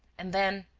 and then,